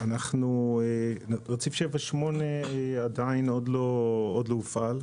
רציף שבע-שמונה, עדיין עוד לא הופעל.